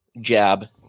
jab